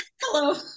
Hello